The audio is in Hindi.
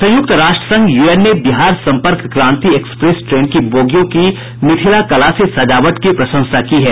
संयुक्त राष्ट्र संघ यूएन ने बिहार सम्पर्क क्रांति एक्सप्रेस ट्रेन की बोगियों की मिथिला कला से सजावट की प्रशंसा की है